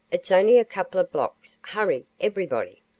it's only a couple of blocks. hurry, everybody!